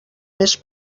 més